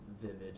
vivid